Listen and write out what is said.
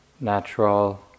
natural